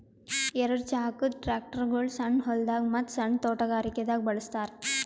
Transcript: ಎರಡ ಚಾಕದ್ ಟ್ರ್ಯಾಕ್ಟರ್ಗೊಳ್ ಸಣ್ಣ್ ಹೊಲ್ದಾಗ ಮತ್ತ್ ಸಣ್ಣ್ ತೊಟಗಾರಿಕೆ ದಾಗ್ ಬಳಸ್ತಾರ್